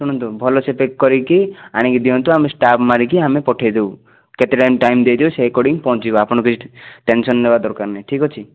ଶୁଣନ୍ତୁ ଭଲସେ ପ୍ୟାକ୍ କରିକି ଆଣିକି ଦିଅନ୍ତୁ ଆମେ ଷ୍ଟାମ୍ପ ମାରିକି ଆମେ ପଠାଇଦେବୁ କେତେ ଟାଇମ୍ ଦିଆହେଇଥିବ ସେଇ ଆକଡ଼ିଙ୍ଗ ପହଞ୍ଚିଯିବ ଆପଣ ଟେନସନ୍ ନବା ଦରକାର ନାହିଁ ଠିକ ଅଛି